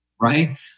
Right